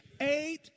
Eight